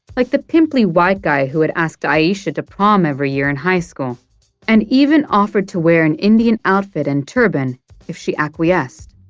like the pimply white guy who had asked ayesha to prom every year in high school and even offered to wear an indian outfit and turban if she acquiesced.